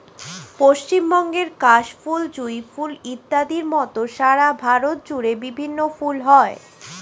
পশ্চিমবঙ্গের কাশ ফুল, জুঁই ফুল ইত্যাদির মত সারা ভারত জুড়ে বিভিন্ন ফুল হয়